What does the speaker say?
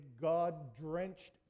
God-drenched